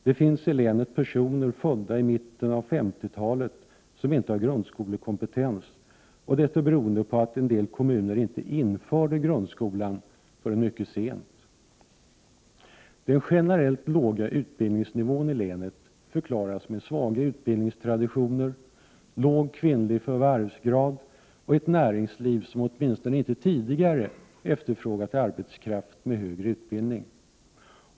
Det finns i länet personer födda i mitten av 1950-talet som inte har grundskolekompetens beroende på att en del kommuner inte införde grundskolan förrän mycket sent. Den generellt låga utbildningsnivån i länet förklaras med svaga utbildningstraditioner, låg kvinnlig förvärvsgrad och ett näringsliv som åtminstone inte tidigare efterfrågat arbetskraft med högre utbildning.